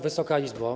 Wysoka Izbo!